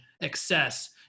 excess